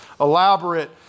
elaborate